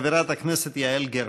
חברת הכנסת יעל גרמן.